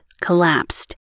collapsed